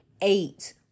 eight